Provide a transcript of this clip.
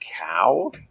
cow